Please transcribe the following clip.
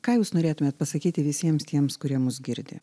ką jūs norėtumėt pasakyti visiems tiems kurie mus girdi